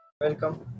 Welcome